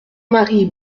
marie